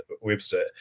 Webster